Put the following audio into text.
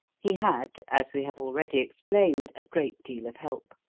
he had, as we have already explained, a great deal of help.